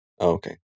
Okay